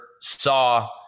saw